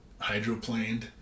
hydroplaned